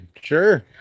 Sure